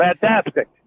Fantastic